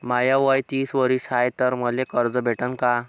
माय वय तीस वरीस हाय तर मले कर्ज भेटन का?